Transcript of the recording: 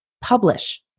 publish